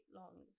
long